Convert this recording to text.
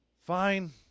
fine